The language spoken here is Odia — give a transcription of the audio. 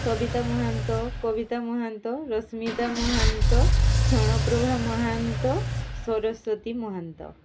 ସବିତା ମହାନ୍ତ କବିତା ମହାନ୍ତ ରଶ୍ମିତା ମହାନ୍ତ କ୍ଷଣପ୍ରଭା ମହାନ୍ତ ସରସ୍ଵତୀ ମହାନ୍ତ